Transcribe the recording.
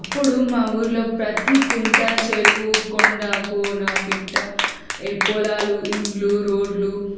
అప్పుడు మా ఊరిలో ప్రతి కుంటా చెరువు కొండా కోన పిట్ట ఏ పొలాలు ఇండ్లు రోడ్లు